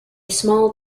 small